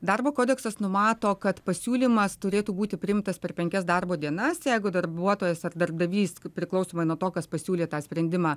darbo kodeksas numato kad pasiūlymas turėtų būti priimtas per penkias darbo dienas jeigu darbuotojas ar darbdavys priklausomai nuo to kas pasiūlė tą sprendimą